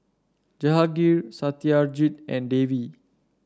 Jehangirr Satyajit and Devi